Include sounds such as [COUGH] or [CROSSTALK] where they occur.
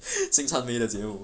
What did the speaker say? [LAUGHS] 新传媒的节目